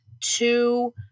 two